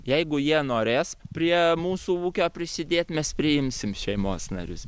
jeigu jie norės prie mūsų ūkio prisidėt mes priimsim šeimos narius